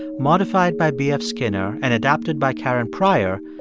modified by b f. skinner and adapted by karen pryor,